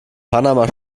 panama